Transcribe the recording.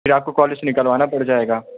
फिर आपको कॉलेज़ से निकलवाना पड़ जाएगा